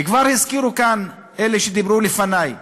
וכבר הזכירו כאן אלה שדיברו לפני,